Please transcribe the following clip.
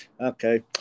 Okay